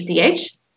ach